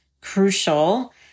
crucial